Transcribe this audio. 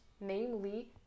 namely